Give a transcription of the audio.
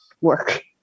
work